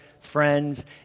friends